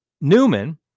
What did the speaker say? Newman